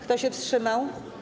Kto się wstrzymał?